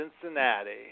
Cincinnati